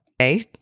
Okay